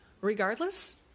Regardless